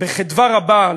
בחדווה רבה,